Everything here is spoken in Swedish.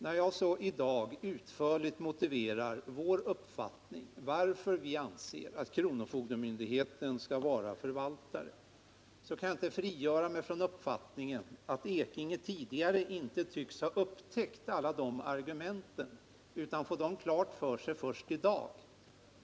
När jag så i dag utförligt motiverar vår mening att kronofogdemyndigheten skall vara förvaltare, kan jag inte frigöra mig från uppfattningen att Bernt Ekinge tidigare inte tycks ha upptäckt alla dessa argument utan först i dag får dem klara för sig.